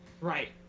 Right